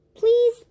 please